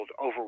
over